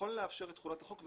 לאשר את תחולת החוק.